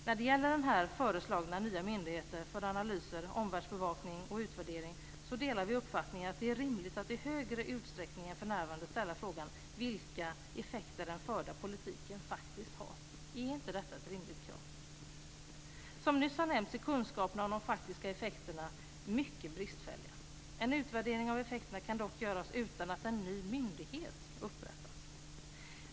När det gäller den föreslagna nya myndigheten för analys, omvärldsbevakning och utvärdering delar vi uppfattningen att det är rimligt att i högre utsträckning än för närvarande ställa frågan vilka effekter den förda politiken faktiskt har. Är inte detta ett rimligt krav? Som nyss har nämnts är kunskaperna om de faktiska effekterna mycket bristfälliga. En utvärdering av effekterna kan dock göras utan att en ny myndighet upprättas.